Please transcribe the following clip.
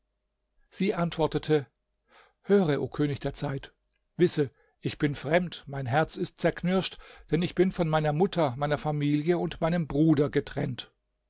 sie antwortete höre o könig der zeit wisse ich bin fremd mein herz ist zerknirscht denn ich bin von meiner mutter meiner familie und meinem bruder getrennt